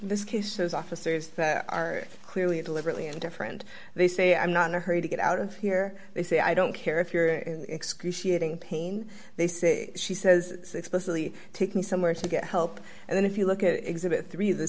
this case has officers that are clearly deliberately indifferent they say i'm not in a hurry to get out of here they say i don't care if you're in excruciating pain they say she says explicitly take me somewhere to get help and then if you look at exhibit three the